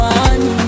one